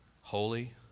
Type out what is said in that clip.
holy